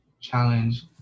challenge